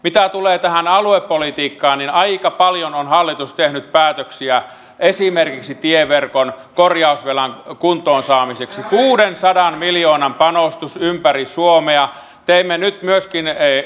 mitä tulee tähän aluepolitiikkaan niin aika paljon on hallitus tehnyt päätöksiä esimerkiksi tieverkon korjausvelan kuntoon saamiseksi kuudensadan miljoonan panostus ympäri suomea teimme nyt myöskin